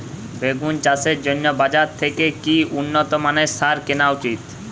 বেগুন চাষের জন্য বাজার থেকে কি উন্নত মানের সার কিনা উচিৎ?